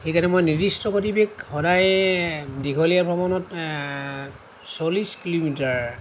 সেইকাৰণে মই নিৰ্দিষ্ট গতিবেগ সদায় দীঘলীয়া ভ্ৰমণত চল্লিছ কিলোমিটাৰ